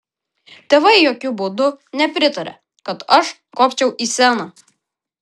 tėvai jokiu būdu nepritarė kad aš kopčiau į sceną